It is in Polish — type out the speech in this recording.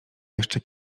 jeszcze